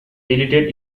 deleted